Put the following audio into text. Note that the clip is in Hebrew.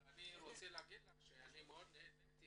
אבל אני רוצה להגיד לך שאני מאוד נהניתי